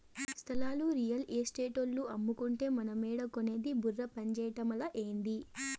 స్థలాలు రియల్ ఎస్టేటోల్లు అమ్మకంటే మనమేడ కొనేది బుర్ర పంజేయటమలా, ఏంది